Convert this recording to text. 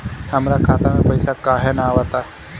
हमरा खाता में पइसा काहे ना आव ता?